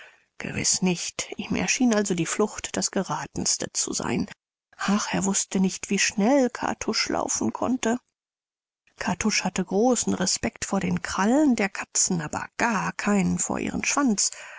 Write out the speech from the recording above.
gewiß nicht ihm erschien also die flucht das gerathenste zu sein ach er wußte nicht wie schnell kartusch laufen konnte kartusch hatte großen respekt vor den krallen der katzen aber gar keinen vor ihren schwanz